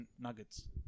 Nuggets